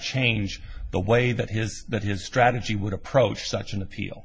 change the way that his that his strategy would approach such an appeal